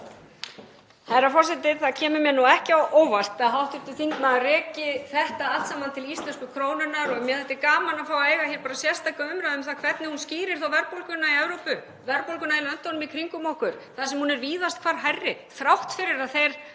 Herra forseti. Það kemur mér ekki á óvart að hv. þingmaður reki þetta allt saman til íslensku krónunnar og mér þætti gaman að fá að eiga sérstaka umræðu um það hvernig hún skýrir þá verðbólguna í Evrópu, verðbólguna í löndunum í kringum okkur þar sem hún er víðast hvar hærri þrátt fyrir að þau